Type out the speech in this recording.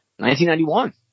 1991